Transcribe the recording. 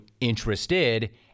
interested—